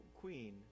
queen